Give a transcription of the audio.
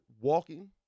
walking